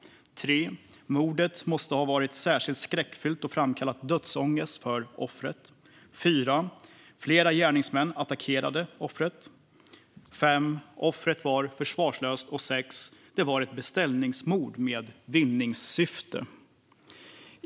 Mordet måste ha varit särskilt skräckfyllt och framkallat dödsångest hos offret. Flera gärningsmän attackerade offret. Offret var försvarslöst. Det var ett beställningsmord med vinningssyfte.